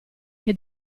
che